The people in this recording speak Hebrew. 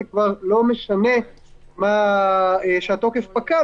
זה כבר לא משנה שהתוקף פקע.